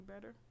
better